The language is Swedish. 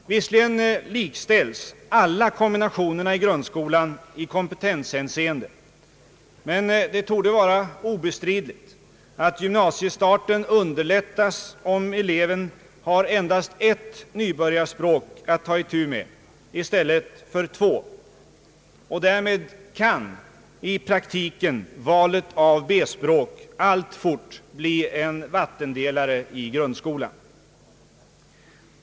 Visserligen likställs alla kombinationerna i grundskolan i kompetenshänseende, men det torde vara obestridligt att gymnasiestarten underlättas om eleven har endast ett nybörjarspråk att ta itu med i stället för två, och därmed kan i praktiken valet av B-språk alltfort bli en vattendelare i grundskolan.